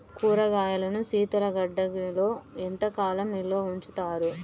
కూరగాయలను శీతలగిడ్డంగిలో ఎంత కాలం నిల్వ ఉంచుతారు?